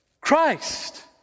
Christ